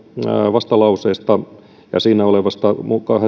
vastalauseesta ja siinä olevasta